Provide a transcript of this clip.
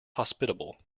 hospitable